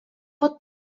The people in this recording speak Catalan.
pot